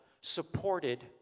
supported